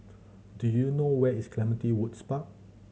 do you know where is Clementi Woods Park